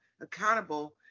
accountable